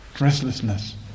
restlessness